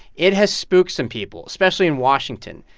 it has spooked some people, especially in washington.